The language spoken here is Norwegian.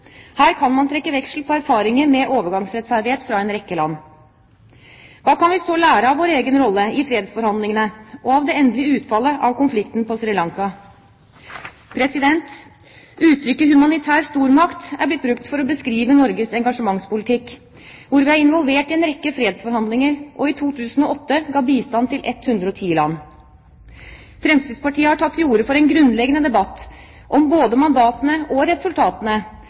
Her kan man trekke veksler på erfaringer med overgangsrettferdighet fra en rekke land. Hva kan vi så lære av vår egen rolle i fredsforhandlingene og av det endelige utfallet av konflikten på Sri Lanka? Uttrykket humanitær stormakt er blitt brukt for å beskrive Norges engasjementspolitikk, hvor vi er involvert i en rekke fredsforhandlinger og i 2008 ga bistand til 110 land. Fremskrittspartiet har tatt til orde for en grunnleggende debatt om både mandatene og resultatene